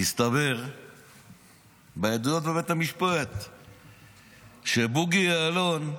הסתבר בעדויות בבית המשפט שבוגי יעלון,